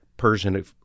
Persian